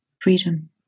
freedom